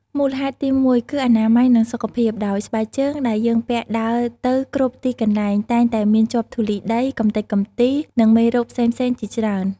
មូលហេតុទីមួយ គឺអនាម័យ និងសុខភាព ដោយស្បែកជើងដែលយើងពាក់ដើរទៅគ្រប់ទីកន្លែង តែងតែមានជាប់ធូលីដី កម្ទេចកំទី និងមេរោគផ្សេងៗជាច្រើន។